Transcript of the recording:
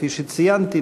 כפי שציינתי,